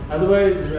Otherwise